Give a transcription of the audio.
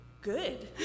good